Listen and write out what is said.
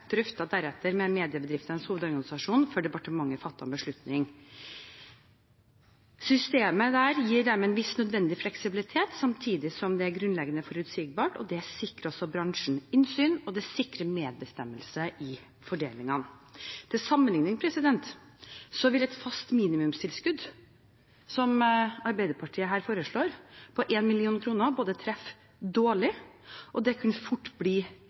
ble deretter drøftet med Mediebedriftenes Landsforening før departementet fattet en beslutning. Systemet der gir dermed en viss nødvendig fleksibilitet, samtidig som det er grunnleggende forutsigbart, og det sikrer også bransjen innsyn, og det sikrer medbestemmelse i fordelingen. Til sammenligning vil et fast minimumstilskudd, som Arbeiderpartiet her foreslår, på 1 mill. kr treffe dårlig, og det kan fort bli